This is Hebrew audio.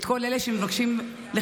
את כל אלה שמבקשים לכלותנו,